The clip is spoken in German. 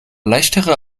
leichtere